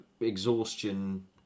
exhaustion